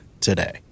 today